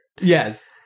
Yes